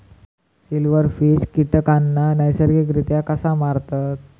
Silverfish कीटकांना नैसर्गिकरित्या कसा मारतत?